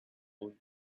own